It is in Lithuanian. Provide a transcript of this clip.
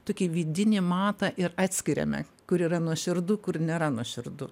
tokį vidinį matą ir atskiriame kur yra nuoširdu kur nėra nuoširdu